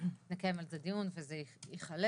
נקיים על זה דיון וזה ייכלל,